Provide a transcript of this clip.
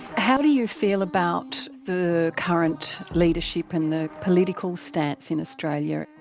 how do you feel about the current leadership and the political stance in australia?